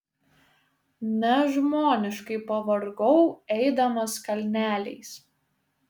nežmoniškai pavargau eidamas kalneliais